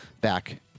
back